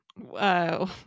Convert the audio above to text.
Wow